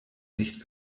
nicht